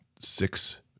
six